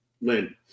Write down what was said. Lynn